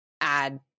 add